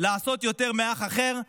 לעשות יותר מאח אחר.